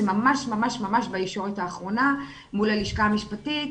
זה ממש בישורת האחרונה מול הלשכה המשפטית.